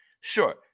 Sure